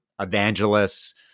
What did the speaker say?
evangelists